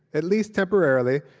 at least temporarily,